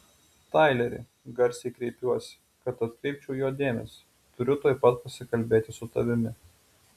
taileri garsiai kreipiuosi kad atkreipčiau jo dėmesį turiu tuoj pat pasikalbėti su tavimi